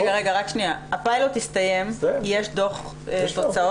רגע, הפיילוט הסתיים, יש דו"ח תוצאות.